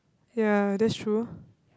ya that's true